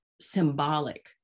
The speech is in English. symbolic